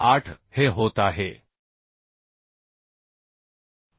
8 हे होत आहे 8